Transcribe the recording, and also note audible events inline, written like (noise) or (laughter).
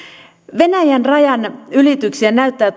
venäjän rajan ylityksiä näyttää (unintelligible)